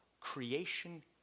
Creation